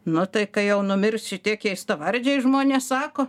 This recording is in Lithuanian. nu tai kai jau numirs šitie keistavardžiai žmonės sako